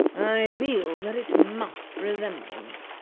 i feel that it must resemble me.